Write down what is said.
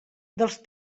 dels